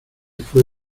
fué